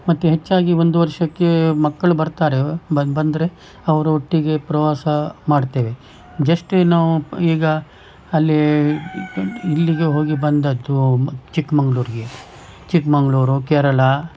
ಮತ್ತೆ ಹೆಚ್ಚಾಗಿ ಒಂದು ವರ್ಷಕ್ಕೆ ಮಕ್ಕಳು ಬರ್ತಾರೆ ಬಂದು ಬಂದರೆ ಅವ್ರ ಒಟ್ಟಿಗೆ ಪ್ರವಾಸ ಮಾಡ್ತೇವೆ ಜಶ್ಟ್ ನಾವು ಈಗ ಅಲ್ಲಿ ಇಲ್ಲಿಗೆ ಹೋಗಿ ಬಂದದ್ದು ಮ್ ಚಿಕ್ಕಮಂಗ್ಳೂರ್ಗೆ ಚಿಕ್ಕಮಂಗ್ಳೂರು ಕೇರಳ